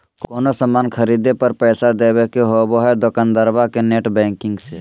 कोनो सामान खर्दे पर पैसा देबे के होबो हइ दोकंदारबा के नेट बैंकिंग से